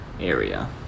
area